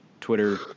Twitter